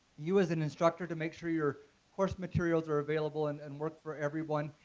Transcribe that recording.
you as an instructor, to make sure your course materials are available and and work for everyone.